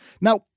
Now